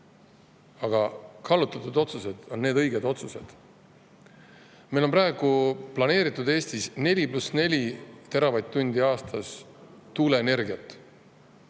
Aga kaalutletud otsused on õiged otsused. Meil on praegu planeeritud Eestis 4 + 4 teravatt-tundi tuuleenergiat